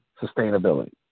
sustainability